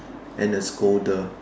and a scolder